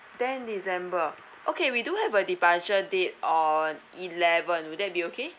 tenth december okay we do have a departure date on eleven will that be okay